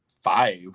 five